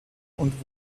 und